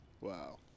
Wow